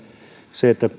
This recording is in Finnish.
se